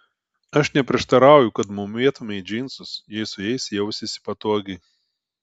aš neprieštarauju kad mūvėtumei džinsus jei su jais jausiesi patogiai